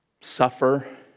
suffer